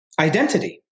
identity